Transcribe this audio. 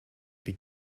wie